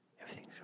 Everything's